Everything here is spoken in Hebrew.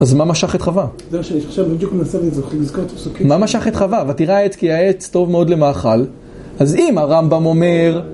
אז מה משך את חווה? זהו, שאני עכשיו בדיוק מנסה לזוכר את הפסוקים. מה משך את חווה? ותראה את כי העץ טוב מאוד למאכל. אז אם הרמב״ם אומר...